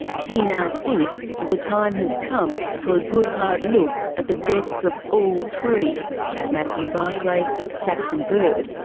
he now thinks the the time has come for a good hard look at the deaths of all three matthew barclay, saxon bird,